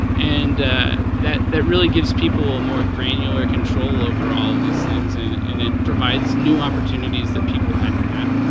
and that that really gives people a more granular control over all these things, and and it provides new opportunities that people had not and had but